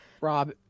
rob